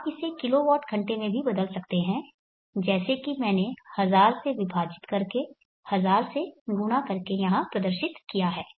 आप इसे kilowatt घंटे में बदल सकते हैं जैसे कि मैंने 1000 से विभाजित करके 1000 से गुणा करके यहाँ प्रदर्शित किया है